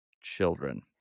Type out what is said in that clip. children